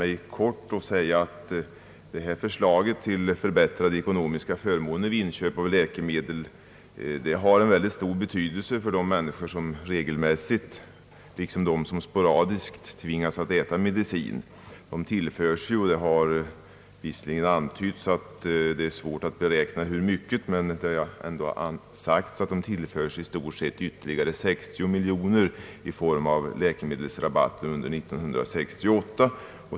Jag skall emellertid bara säga, att detta förslag till förbättrade ekonomiska förmåner vid inköp av läkemedel är av mycket stor betydelse för de människor som regelmässigt liksom för dem som sporadiskt tvingas äta medicin. Det har sagts att det är svårt att exakt beräkna hur mycket kostnaden är, men i stort torde det röra sig om ytterligare 60 miljoner kronor i form av läkemedelsrabatter under 1968.